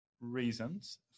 reasons